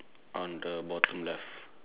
on the bottom left